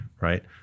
Right